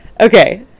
Okay